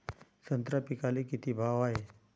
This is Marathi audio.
संत्रा पिकाले किती भाव हाये?